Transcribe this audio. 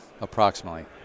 approximately